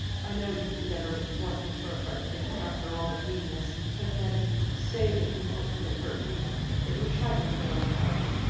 i know you can never want me for a friend again, after all my meanness but betty, say that you won't let it hurt you that you'll try to forget all about it.